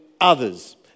others